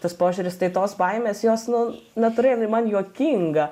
tas požiūris tai tos baimės jos nu natūraliai man juokinga